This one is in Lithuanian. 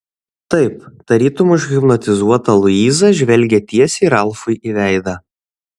taip tarytum užhipnotizuota luiza žvelgė tiesiai ralfui į veidą